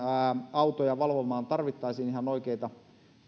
autoja valvomaan tarvittaisiin ihan oikeita